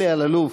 אלי אלאלוף,